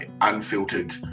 unfiltered